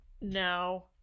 No